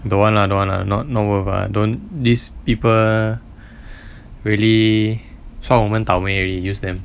don't want lah don't want lah not worth ah don't these people really 算我们倒霉而已 use them